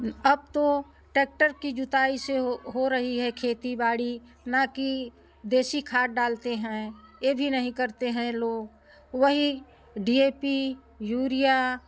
अब तो ट्रैक्टर की जोताई से हो हो रही है खेती बाड़ी न की देशी खाद डालते हैं ये भी नहीं करते हैं लोग वही डी ए पी यूरिया